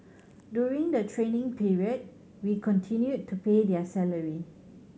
during the training period we continue to pay their salary